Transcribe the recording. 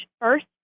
first